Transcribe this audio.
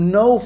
no